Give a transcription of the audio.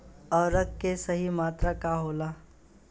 उर्वरक के सही मात्रा का होला?